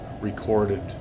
recorded